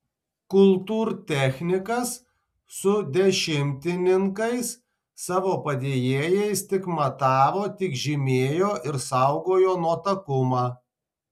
kultūrtechnikas su dešimtininkais savo padėjėjais tik matavo tik žymėjo ir saugojo nuotakumą